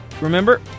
Remember